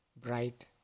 bright